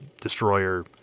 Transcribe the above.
destroyer